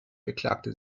beklagte